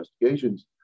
investigations